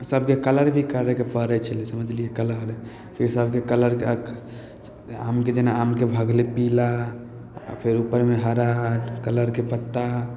सबके कलर भी करैके पड़ै छलै समझलिए कलर फेर सबके कलर आमके जेना आमके भऽ गेलै पीला आओर फेर उपरमे हरा कलरके पत्ता